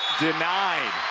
denied